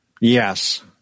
yes